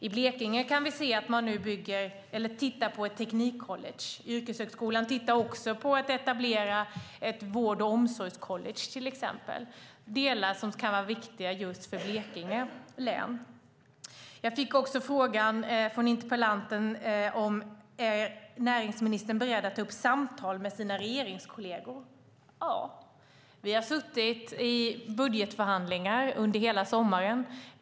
I Blekinge tittar man nu på ett teknikcollege, Yrkeshögskolan tittar på att etablera ett vård och omsorgscollege. Det är sådant som kan vara viktigt för just Blekinge län. Interpellanten frågade om näringsministern är beredd att föra samtal med sina regeringskolleger. Vi har suttit i budgetförhandlingar hela sommaren.